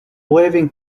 waving